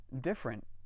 different